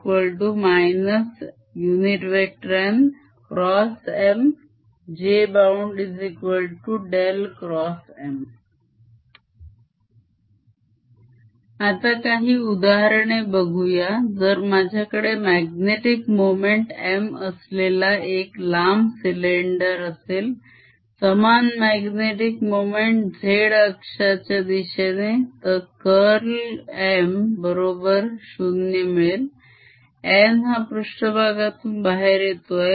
Kbound nM jboundM आता काही उदाहरणे बघूया जर माझ्याकडे magnetic मोमेंट m असलेला एक लांब cylinder असेल समान magnetic मोमेंट z अक्षाच्या दिशेने तर curl M बरोबर 0 मिळेल n हा पृष्ठभागातून बाहेर येतो आहे